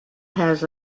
has